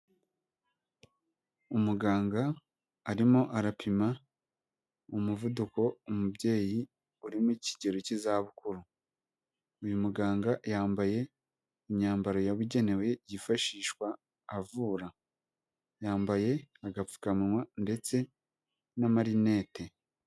Umuganga arimo arapima umuvuduko umubyeyi urimo ikigero cy'izabukuru uyu muganga yambaye imyambaro yabugenewe yifashishwa avura yambaye agapfukawa ndetse n' marinete.